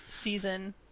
season